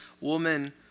woman